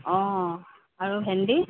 অঁ আৰু ভেন্দি